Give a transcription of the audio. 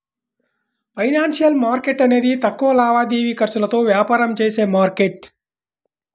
financial market అనేది తక్కువ లావాదేవీ ఖర్చులతో వ్యాపారం చేసే మార్కెట్